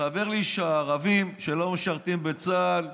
הסתבר לי שהערבים, שלא משרתים בצה"ל,